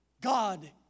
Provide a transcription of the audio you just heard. God